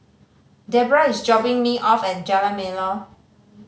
Debra is dropping me off at Jalan Melor